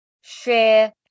share